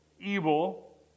evil